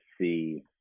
see